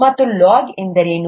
ಮತ್ತು ಲಾಗ್ ಎಂದರೇನು